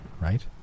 right